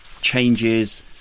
changes